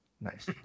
Nice